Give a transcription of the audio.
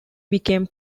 became